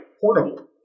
portable